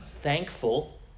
thankful